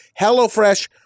HelloFresh